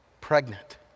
pregnant